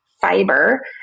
fiber